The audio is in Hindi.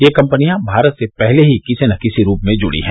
ये कम्पनियां भारत से पहले ही किसी न किसी रूप में जुड़ी हैं